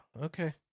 okay